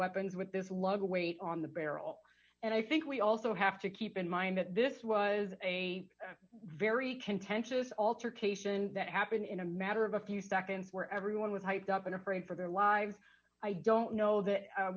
weapons with this love weight on the barrel and i think we also have to keep in mind that this was a very contentious alter cation that happened in a matter of a few seconds where everyone was hyped up and afraid for their lives i don't know that